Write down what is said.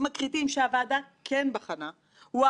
לא רק בין הבנקים אלא גם בין ספקי האשראי כולם.